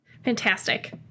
Fantastic